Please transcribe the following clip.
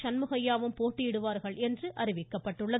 சண்முகையாவும் போட்டியிடுவார்கள் என அறிவிக்கப்பட்டுள்ளது